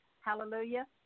Hallelujah